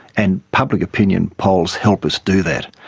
and public opinion polls help us do that.